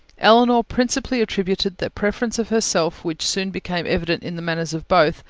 elinor principally attributed that preference of herself which soon became evident in the manners of both,